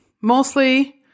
mostly